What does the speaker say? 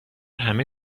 همه